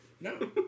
No